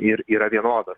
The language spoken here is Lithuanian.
ir yra vienodas